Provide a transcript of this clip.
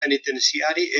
penitenciari